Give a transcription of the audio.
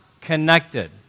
connected